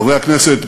חברי הכנסת,